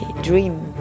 dream